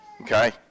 Okay